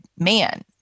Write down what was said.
man